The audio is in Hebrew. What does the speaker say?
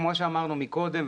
כמו שאמרנו קודם,